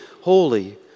holy